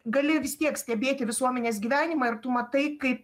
gali vis tiek stebėti visuomenės gyvenimą ir tu matai kaip